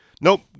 nope